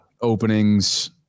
openings